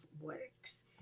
works